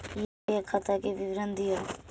UPI खाता के विवरण दिअ?